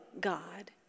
God